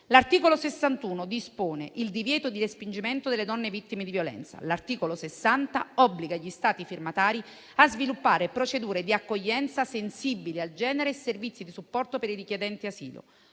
L'articolo 61 dispone il divieto di respingimento delle donne vittime di violenza; l'articolo 60 obbliga gli Stati firmatari a sviluppare procedure di accoglienza sensibili al genere e servizi di supporto per i richiedenti asilo,